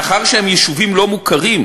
מאחר שהם יישובים לא מוכרים,